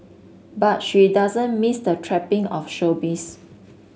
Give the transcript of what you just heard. but she doesn't miss the trapping of showbiz